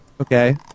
Okay